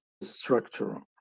structural